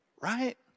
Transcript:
Right